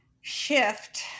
shift